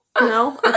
No